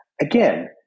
again